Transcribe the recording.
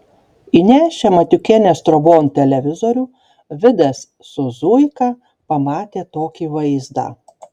įnešę matiukienės trobon televizorių vidas su zuika pamatė tokį vaizdą